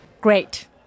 Great